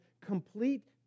complete